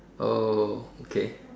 oh okay